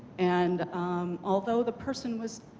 and although the person was